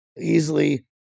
easily